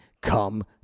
come